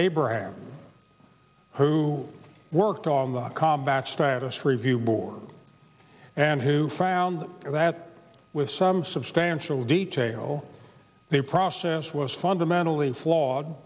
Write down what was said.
abraham who worked on the combat status review board and who found that with some substantial detail the process was fundamentally flawed